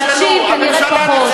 להקשיב כנראה פחות.